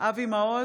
אבי מעוז,